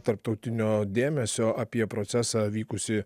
tarptautinio dėmesio apie procesą vykusį